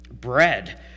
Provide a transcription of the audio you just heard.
bread